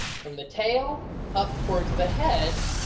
from the tail up towards the head,